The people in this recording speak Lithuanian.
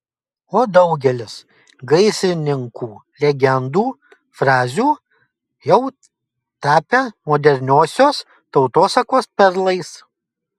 o daugelis gaisrininkų legendų frazių jau tapę moderniosios tautosakos perlais